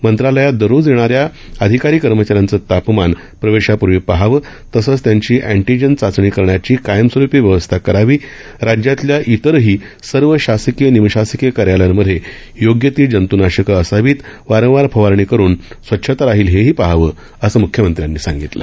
मंत्रालयात दररोज येणाऱ्या अधिकारी कर्मचाऱ्यांचं तापमान प्रवेशापूर्वी पाहावं तसंच त्यांची एटीजेन चाचणी करण्याची कायमस्वरूपी व्यवस्था करावी राज्यातल्या इतरही सर्व शासकीय निमशासकीय कार्यालयांमध्ये योग्य ती जंतूनाशकं असावीत वारंवार फवारणी करून स्वच्छता राहील हेही पाहावं असं म्ख्यमंत्र्यांनी सांगितलं